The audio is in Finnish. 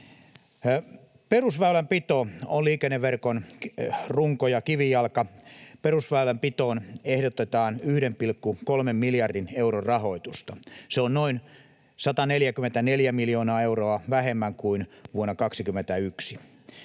Perusväylänpito on liikenneverkon runko ja kivijalka. Perusväylänpitoon ehdotetaan 1,3 miljardin euron rahoitusta. Se on noin 144 miljoonaa euroa vähemmän kuin vuonna 21.